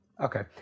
Okay